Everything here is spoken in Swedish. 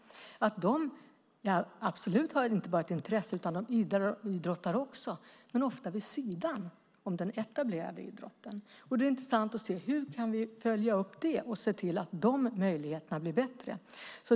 De har inte bara ett intresse, utan de idrottar också, men ofta vid sidan om den etablerade idrotten. Det är intressant att se hur vi kan följa upp det och se till att de möjligheterna blir bättre.